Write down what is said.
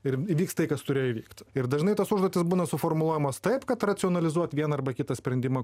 ir įvyks tai kas turėjo įvykt ir dažnai tos užduotys būna suformuluojamos taip kad racionalizuot vieną arba kitą sprendimą